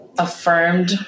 affirmed